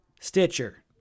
Stitcher